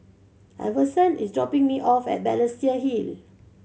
Iverson is dropping me off at Balestier Hill